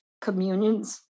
communions